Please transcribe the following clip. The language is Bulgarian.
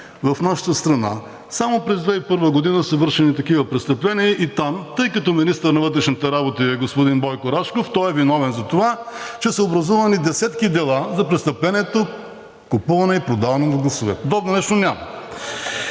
в нашата страна само през 2021 г. са вършени такива престъпления, тъй като министър на вътрешните работи е господин Бойко Рашков. Той е виновен за това, че са образувани десетки дела за престъплението купуване и продаване на гласове. Друго нещо няма.